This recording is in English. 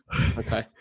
Okay